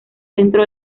centro